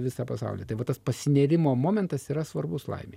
visą pasaulį tai va tas pasinėrimo momentas yra svarbus laimei